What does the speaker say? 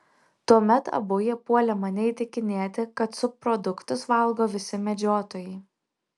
tuomet abu jie puolė mane įtikinėti kad subproduktus valgo visi medžiotojai